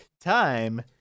time